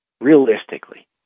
realistically